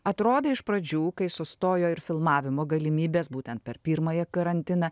atrodė iš pradžių kai sustojo ir filmavimo galimybės būtent per pirmąjį karantiną